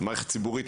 במערכת הציבורית.